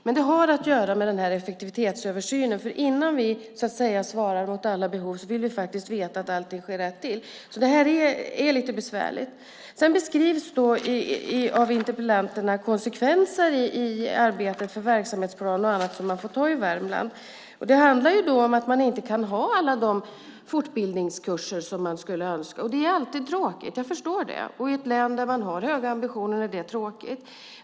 Men det har att göra med effektivitetsöversynen, för innan vi svarar mot alla behov vill vi faktiskt veta att allting går rätt till. Det här är alltså lite besvärligt. Interpellanten beskriver de konsekvenser för arbetet med verksamhetsplan och annat som man får ta i Värmland. Det handlar då om att man inte kan hålla alla de fortbildningskurser som man skulle önska. Det är alltid tråkigt, jag förstår det, och för ett län som har höga ambitioner är det särskilt tråkigt.